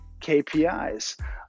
KPIs